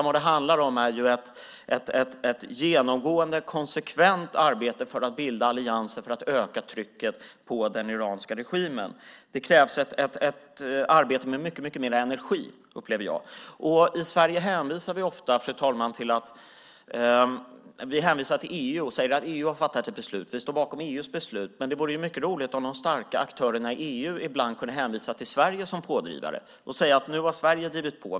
Vad det handlar om är ett genomgående och konsekvent arbete för att bilda allianser för att öka trycket på den iranska regimen. Det krävs ett arbete med mycket mer energi, upplever jag. I Sverige hänvisar vi ofta till EU och säger att EU har fattat ett beslut. Vi står bakom EU:s beslut. Men det vore mycket roligt om de starka aktörerna i EU ibland kunde hänvisa till Sverige som pådrivare och säga: Nu har Sverige drivit på.